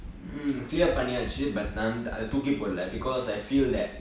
mm clear பன்னியாச்சு ஆனா நா அத தூக்கி போடல:panniyaachu aanaa naa atha thuuki podala because I feel that